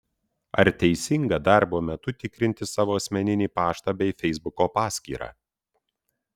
ar teisinga darbo metu tikrinti savo asmeninį paštą bei feisbuko paskyrą